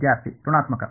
ವಿದ್ಯಾರ್ಥಿ ಋಣಾತ್ಮಕ